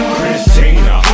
Christina